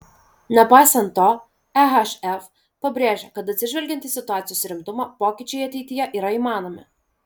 nepaisant to ehf pabrėžė kad atsižvelgiant į situacijos rimtumą pokyčiai ateityje yra įmanomi